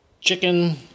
Chicken